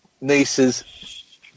niece's